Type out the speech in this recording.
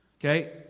okay